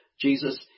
Jesus